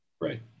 right